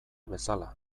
bezala